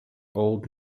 old